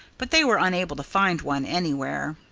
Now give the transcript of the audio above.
but they were unable to find one anywhere.